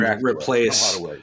replace